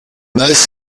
most